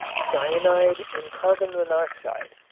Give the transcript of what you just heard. cyanide and carbon monoxide,